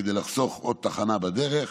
כדי לחסוך עוד תחנה בדרך,